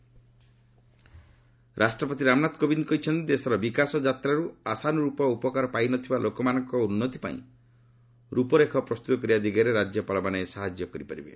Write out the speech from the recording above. rave governor conference ରାଷ୍ଟ୍ରପତି ରାମନାଥ କୋବିନ୍ଦ୍ କହିଛନ୍ତି ଦେଶର ବିକାଶ ଯାତ୍ରାରୁ ଆଶାନୁରୂପ ଉପକାର ପାଇ ନ ଥିବା ଲୋକମାନଙ୍କ ଉନ୍ନତି ପାଇଁ ରୂପରେଖ ପ୍ରସ୍ତୁତ କରିବା ଦିଗରେ ରାଜ୍ୟପାଳମାନେ ସାହାଯ୍ୟ କରିପାରିବେ